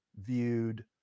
viewed